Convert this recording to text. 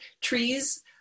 trees